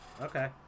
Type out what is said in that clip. Okay